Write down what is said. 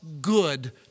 good